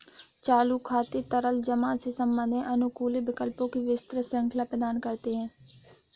चालू खाते तरल जमा से संबंधित हैं, अनुकूलित विकल्पों की विस्तृत श्रृंखला प्रदान करते हैं